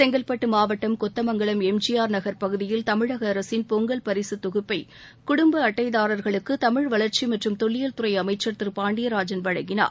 செங்கல்டட்டு மாவட்டம் Kothamangalam M G R Nagar பகுதியில் தமிழக அரசின் பொங்கல் பரிசுத் தொகுப்பை குடும்ப அட்டைதாராகளுக்கு தமிழ் வளாச்சி மற்றும் தொல்லியல் துறை அமைச்சா் திரு பாண்டியராஜன் வழங்கினார்